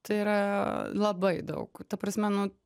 tai yra labai daug ta prasme nu